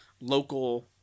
local